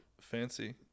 fancy